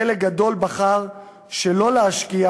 חלק גדול בחר שלא להשקיע